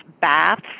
baths